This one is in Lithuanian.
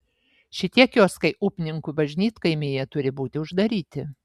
šitie kioskai upninkų bažnytkaimyje turi būti uždaryti